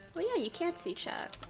oh yeah, you can't see chat